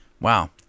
Wow